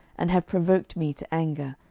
and have provoked me to anger,